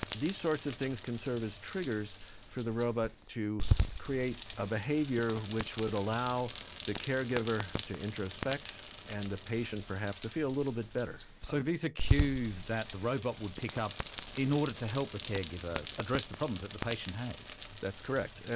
these sorts of things can serve as triggers for the robot to create a behaviour which would allow the caregiver to introspect and the patient perhaps to feel a little bit better. so these are cues that the robot would pick up in order to help the caregiver address the problems that the patient has? that's correct.